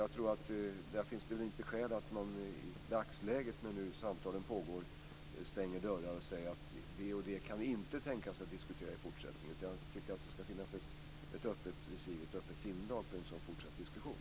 Jag tror inte att det finns skäl att i dagsläget, när samtalen pågår, stänga dörrarna och säga att vi inte kan tänka oss att diskutera det eller det i fortsättningen. Jag tycker att det skall finnas ett öppet visir och ett öppet sinnelag för en sådan fortsatt diskussion.